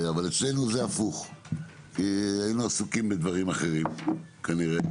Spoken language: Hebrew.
אבל אצלנו זה הפוך כי היינו עסוקים בדברים אחרים כנראה.